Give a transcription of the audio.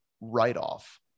write-off